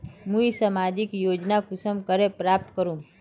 मुई सामाजिक योजना कुंसम करे प्राप्त करूम?